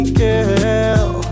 girl